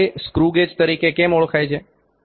તે screw gauge તરીકે કેમ ઓળખાય છે